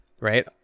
Right